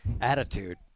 attitude